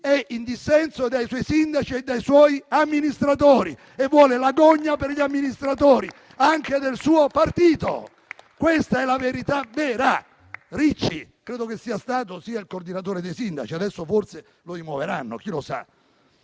è in dissenso dai suoi sindaci e dai suoi amministratori e vuole la gogna per gli amministratori anche del suo partito. Questa è la verità. Ricci credo sia il coordinatore dei sindaci, e adesso forse lo rimuoveranno, anzi